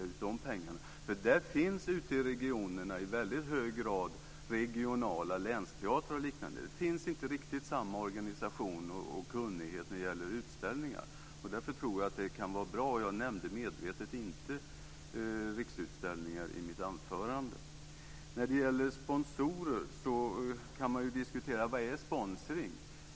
Ute i regionerna finns regionala länsteatrar och liknande. Det finns inte riktigt samma organisation och kunnighet när det gäller utställningar, och jag valde medvetet att inte nämna Riksutställningar i mitt anförande. När det gäller sponsorer kan man ju diskutera vad som är sponsring.